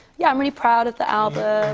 yeah, i'm really proud of the album.